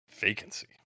Vacancy